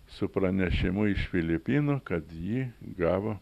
su pranešimu iš filipinų kad ji gavo